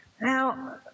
Now